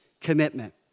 commitment